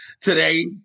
today